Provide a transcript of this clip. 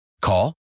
Call